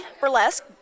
burlesque